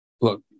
look